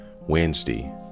Wednesday